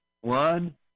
one